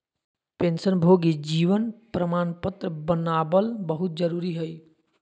पेंशनभोगी जीवन प्रमाण पत्र बनाबल बहुत जरुरी हइ